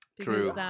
True